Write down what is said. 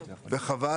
חבל,